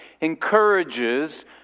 encourages